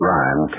Ryan